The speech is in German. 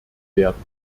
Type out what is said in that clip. werden